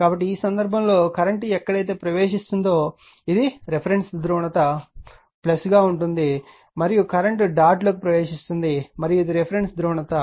కాబట్టి ఈ సందర్భంలో కరెంట్ ఎక్కడైతే ప్రవేశిస్తుందో ఇది రిఫరెన్స్ ధ్రువణత గా ఇవ్వబడుతుంది మరియు కరెంట్ డాట్లోకి ప్రవేశిస్తుంది మరియు ఇది రిఫరెన్స్ ధ్రువణత